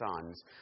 sons